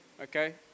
okay